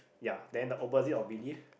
ya then the opposite of believe